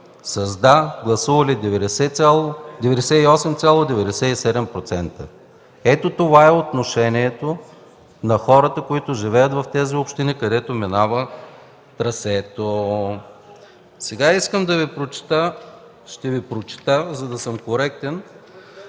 са гласували 98,97%. Ето това е отношението на хората, които живеят в тези общини, където минава трасето. Сега искам да Ви прочета, за да съм коректен,